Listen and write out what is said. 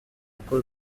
uko